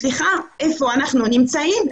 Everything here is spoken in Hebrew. סליחה, איפה אנחנו נמצאים?